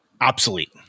obsolete